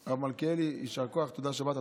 הרב מלכיאלי, יישר כוח, תודה שבאת.